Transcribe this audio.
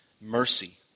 Mercy